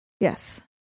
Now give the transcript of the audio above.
Yes